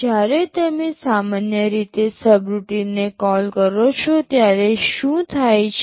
જ્યારે તમે સામાન્ય રીતે સબરૂટિનને કોલ કરો છો ત્યારે શું થાય છે